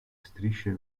strisce